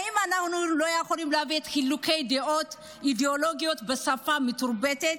האם אנחנו לא יכולים להביע את חילוקי הדעות האידיאולוגיים בשפה מתורבת?